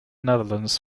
netherlands